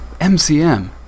MCM